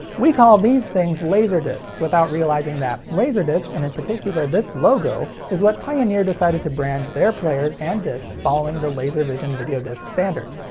we call these things laserdiscs without realizing that laserdisc, and in particular this logo, is what pioneer decided to brand their players and discs following the laservision videodisc standard.